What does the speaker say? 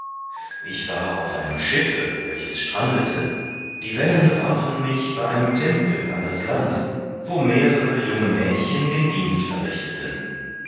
ich war auf einem schiffe welches strandete die wellen warfen mich bei einem tempel an das land wo mehrere junge mädchen den dienst verrichteten